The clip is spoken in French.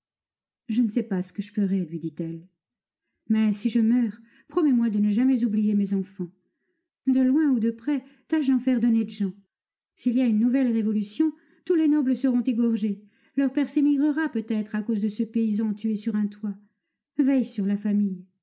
je ne sais pas ce que je ferai lui dit-elle mais si je meurs promets-moi de ne jamais oublier mes enfants de loin ou de près tâche d'en faire d'honnêtes gens s'il y a une nouvelle révolution tous les nobles seront égorgés leur père s'émigrera peut-être à cause de ce paysan tué sur un toit veille sur la famille